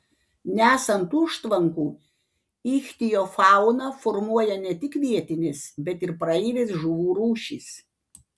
nesant užtvankų ichtiofauną formuoja ne tik vietinės bet ir praeivės žuvų rūšys